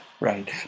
right